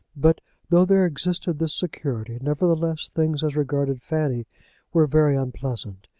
but though there existed this security, nevertheless things as regarded fanny were very unpleasant.